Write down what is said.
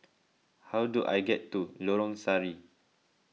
how do I get to Lorong Sari